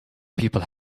people